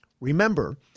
Remember